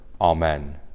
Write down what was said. Amen